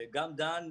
גם דן,